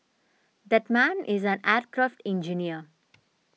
that man is an aircraft engineer